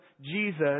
Jesus